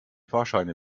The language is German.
fahrscheine